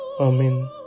Amen